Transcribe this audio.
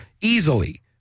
easily